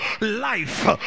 life